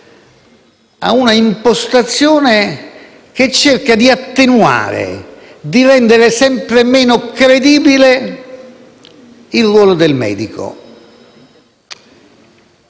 ad una impostazione che cerca di attenuare, di rendere sempre meno credibile il ruolo del medico.